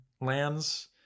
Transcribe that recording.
lands